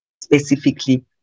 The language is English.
specifically